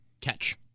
catch